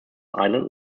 island